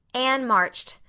anne marched.